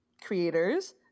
creators